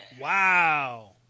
wow